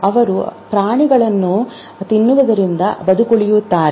ಅವರು ಪ್ರಾಣಿಗಳನ್ನು ತಿನ್ನುವುದರಿಂದ ಬದುಕುಳಿಯುತ್ತಾರೆ